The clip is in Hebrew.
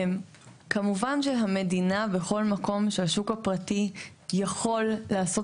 כמובן שהמדינה בכל מקום שהשוק הפרטי יכול לעשות